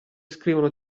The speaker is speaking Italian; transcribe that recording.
scrivono